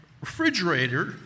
Refrigerator